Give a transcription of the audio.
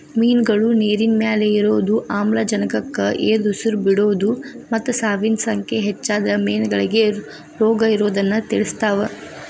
ಮಿನ್ಗಳು ನೇರಿನಮ್ಯಾಲೆ ಇರೋದು, ಆಮ್ಲಜನಕಕ್ಕ ಎದಉಸಿರ್ ಬಿಡೋದು ಮತ್ತ ಸಾವಿನ ಸಂಖ್ಯೆ ಹೆಚ್ಚಾದ್ರ ಮೇನಗಳಿಗೆ ರೋಗಇರೋದನ್ನ ತಿಳಸ್ತಾವ